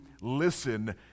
listen